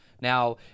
Now